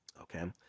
okay